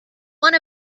one